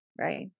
Right